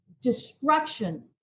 destruction